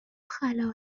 خلاص